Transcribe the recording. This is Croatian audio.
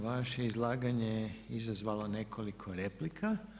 Vaše izlaganje je izazvalo nekoliko replika.